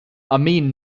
amin